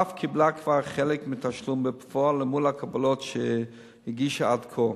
והמשפחה אף קיבלה כבר חלק מהתשלום בפועל למול הקבלות שהגישה עד כה,